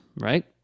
right